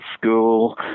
school